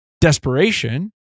desperation